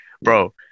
Bro